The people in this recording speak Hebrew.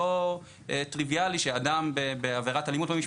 אנחנו כתביעה משטרתית מונחים מקצועית גם על ידי פרקליט המדינה.